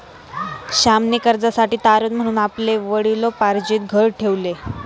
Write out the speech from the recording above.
श्यामने कर्जासाठी तारण म्हणून आपले वडिलोपार्जित घर ठेवले